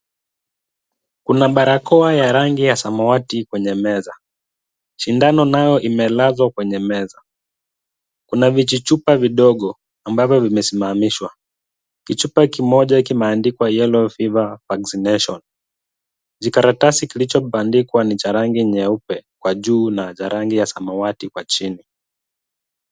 Kuna barakoa ya rangi ya samawati kwenye meza. Sindano nayo imelazwa kwenye meza. Kuna vijichupa vidogo ambavyo vimesimamishwa. Kichupa kimoja kimeandikwa yellow fever vaccination .Kikaratasi kilicho bandikwa ni cha rangi nyeupe kwa juu na cha rangi ya samawati kwa chini.